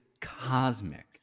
cosmic